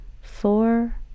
Four